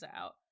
out